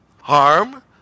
harm